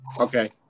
Okay